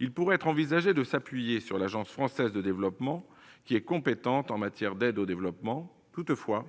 Il pourrait être envisagé de s'appuyer sur l'Agence française de développement, compétente en matière d'aide au développement. Toutefois,